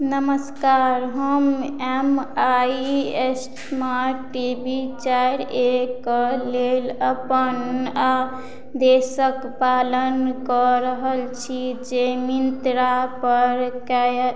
नमस्कार हम M I H smart T V चारि ए कऽ लेल अपन आ देशक पालन कऽ रहल छी ट्रेनिङ्ग कयला पर कए